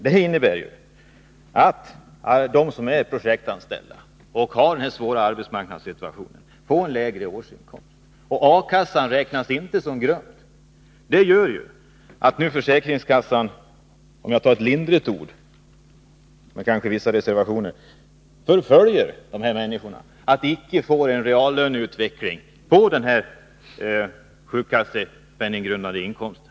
Detta innebär att de som är projektanställda och drabbas av denna svåra arbetsmarknadssituation får en lägre årsinkomst. Ersättningen från A-kassan räknas inte heller som sjukpenninggrundande inkomst. Detta gör att försäkringskassan nu, om jag använder ett milt ord, förföljer dessa människor — med vissa reservationer. De får icke en reallöneutveckling när det gäller den sjukpenninggrundande inkomsten.